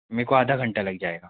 मेरे को आधा घंटा लग जाएगा